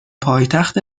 پایتخت